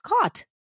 caught